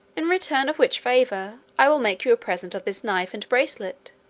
in return of which favour, i will make you a present of this knife and bracelet,